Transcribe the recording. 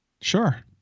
Sure